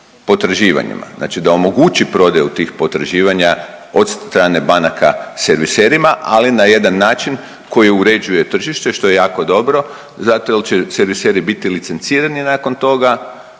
potraživanjima. Znači da omogući prodaju tih potraživanja od strane banaka serviserima, ali na jedan način koji uređuje tržište što je jako dobro zato jer će serviseri biti licencirani nakon toga